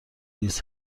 ریز